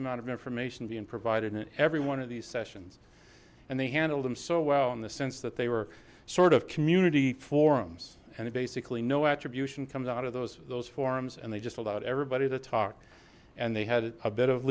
amount of information being provided in every one of these sessions and they handled them so well in the sense that they were sort of community forums and basically no attribution comes out of those those forums and they just allowed everybody to talk and they had a bit of